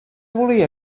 volia